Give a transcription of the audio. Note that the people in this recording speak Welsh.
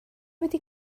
wedi